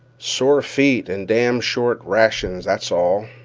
sore feet an' damned short rations, that's all,